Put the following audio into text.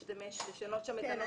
לשנות את הנוסח.